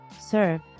serve